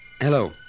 Hello